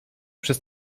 przez